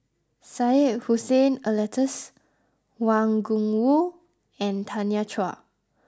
Syed Hussein Alatas Wang Gungwu and Tanya Chua